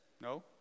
No